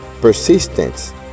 persistence